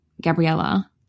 Gabriella